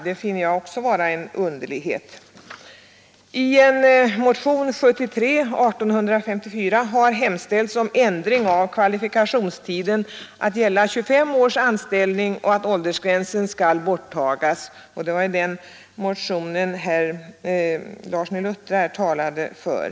Det finner jag också vara en underlighet. 6 juni 1973 I motionen 1854 har hemställts om ändring av kvalifikationstiden tills ———— att gälla 25 års anställning och att åldersgränsen skall borttagas. Det var Ändrat belöningsden motionen som herr Larsson i Luttra här talade för.